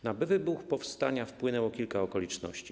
Na wybuch powstania wpłynęło kilka okoliczności.